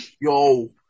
Yo